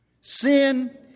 Sin